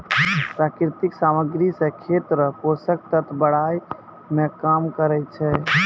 प्राकृतिक समाग्री से खेत रो पोसक तत्व बड़ाय मे काम करै छै